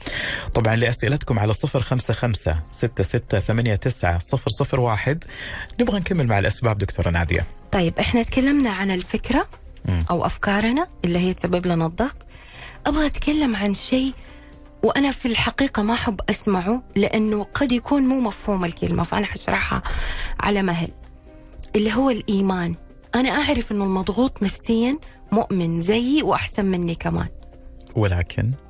طبعاً لأسئلتكم على 055 66 89 001. نبغى نكمل مع الأسباب، دكتورة نادية. طيب، إحنا تكلمنا عن الفكرة مم. أو أفكارنا اللي هي تسبب لنا الضغط. أبغى أتكلم عن شيء وأنا في الحقيقة ما أحب أسمعه لأنه قد يكون مو مفهوم الكلمة، فأنا حشرحها على مهل. اللي هو الإيمان. أنا أعرف إنه المضغوط نفسياً مؤمن زيي وأحسن مني كمان. ولكن؟